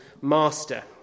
master